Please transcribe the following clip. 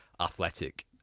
athletic